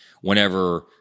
whenever